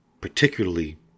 particularly